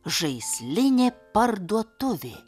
žaislinė parduotuvė